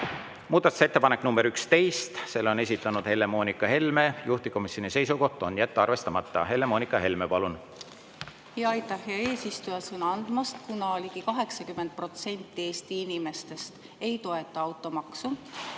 Muudatusettepanek nr 11, selle on esitanud Helle-Moonika Helme, juhtivkomisjoni seisukoht on jätta arvestamata. Helle-Moonika Helme, palun! Aitäh, hea eesistuja, sõna andmast! Kuna ligi 80% Eesti inimestest ei toeta automaksu